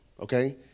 Okay